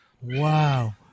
Wow